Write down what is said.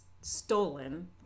stolen